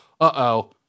uh-oh